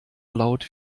laut